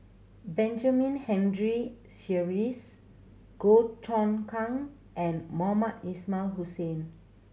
Benjamin Henry Sheares Goh Choon Kang and Mohamed Ismail Hussain